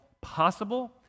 possible